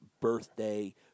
birthday